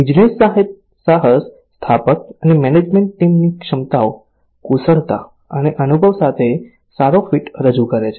business સાહસ સ્થાપક અને મેનેજમેન્ટ ટીમની ક્ષમતાઓ કુશળતા અને અનુભવ સાથે સારો ફિટ રજૂ કરે છે